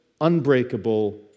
unbreakable